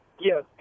Yes